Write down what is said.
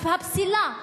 הפסילה,